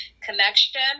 connection